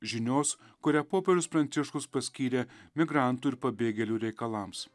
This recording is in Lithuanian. žinios kurią popiežius pranciškus paskyrė migrantų ir pabėgėlių reikalams